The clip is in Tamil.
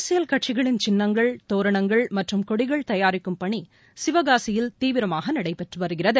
அரசியல் கட்சிகளின் சின்னங்கள் தோரணங்கள் மற்றும் கொடிகள் தயாரிக்கும் பணிசிவகாசியில் தீவிரமாகநடைபெற்றுவருகிறது